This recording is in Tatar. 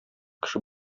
кеше